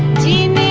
gene